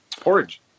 Porridge